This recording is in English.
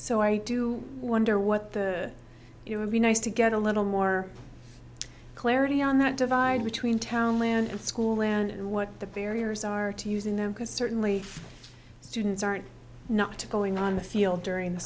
so i do wonder what the it would be nice to get a little more clarity on that divide between town land and school and what the barriers are to using them because certainly students aren't not going on the field during the